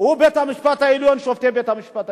הוא בית-המשפט העליון, שופטי בית-המשפט העליון.